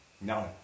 No